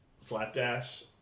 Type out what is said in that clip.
slapdash